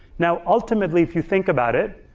now, ultimately, if you think about it,